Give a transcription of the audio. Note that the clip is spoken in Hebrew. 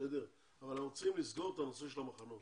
אבל אנחנו צריכים לסגור את הנושא של המחנות.